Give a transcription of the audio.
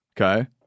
okay